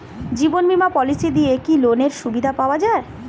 জীবন বীমা পলিসি দিয়ে কি লোনের সুবিধা পাওয়া যায়?